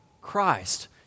Christ